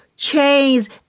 chains